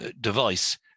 device